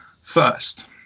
First